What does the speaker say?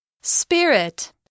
spirit